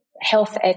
health